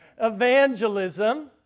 evangelism